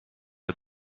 but